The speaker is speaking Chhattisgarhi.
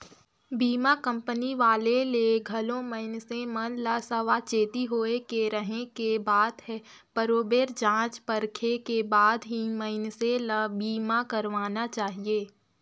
बीमा कंपनी वाले ले घलो मइनसे मन ल सावाचेती होय के रहें के बात हे बरोबेर जॉच परखे के बाद ही मइनसे ल बीमा करवाना चाहिये